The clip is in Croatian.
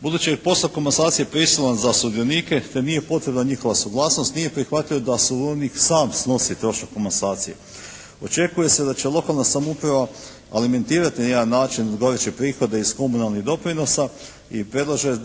Budući je posao komasacije prisilan za sudionike te nije potrebna njihova suglasnost, nije prihvatljivo da …/Govornik se ne razumije./… sam snosi trošak komasacije. Očekuje se da će lokalna samouprava alimentirati na jedan način odgovarajuće prihode iz komunalnih doprinosa i predlaže